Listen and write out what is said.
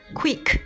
quick